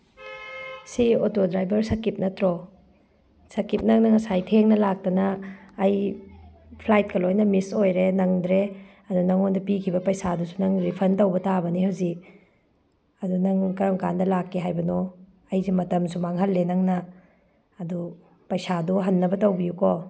ꯁꯤ auto driver ꯁꯀꯤꯞ ꯅꯠꯇ꯭ꯔꯣ ꯁꯀꯤꯞ ꯅꯪꯅ ꯉꯁꯥꯏ ꯊꯦꯡꯅ ꯂꯥꯛꯇꯅ ꯑꯩ ꯐ꯭ꯂꯥꯏꯠꯀ ꯂꯣꯏꯅ ꯃꯤꯁ ꯑꯣꯏꯔꯦ ꯅꯪꯗ꯭ꯔꯦ ꯑꯗꯨ ꯅꯪꯉꯣꯟꯗ ꯄꯤꯈꯤꯕ ꯄꯩꯁꯥꯗꯨꯁꯨ ꯅꯪ ꯔꯤꯐꯟ ꯇꯧꯕ ꯇꯥꯕꯅꯦ ꯍꯧꯖꯤꯛ ꯑꯗꯨ ꯅꯪ ꯀꯔꯝ ꯀꯥꯟꯗ ꯂꯥꯛꯀꯦ ꯍꯥꯏꯕꯅꯣ ꯑꯩꯁꯦ ꯃꯇꯝꯁꯨ ꯃꯥꯡꯍꯟꯂꯦ ꯅꯪꯅ ꯑꯗꯣ ꯄꯩꯁꯥꯗꯨ ꯍꯟꯅꯕ ꯇꯧꯕꯤꯌꯨꯀꯣ